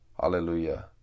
Hallelujah